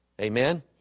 Amen